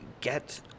get